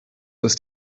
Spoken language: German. ist